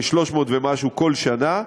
כ-300 ומשהו כל שנה,